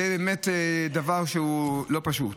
זה באמת דבר שהוא לא פשוט.